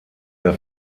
der